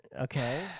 Okay